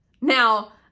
Now